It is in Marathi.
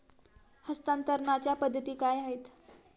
हस्तांतरणाच्या पद्धती काय आहेत?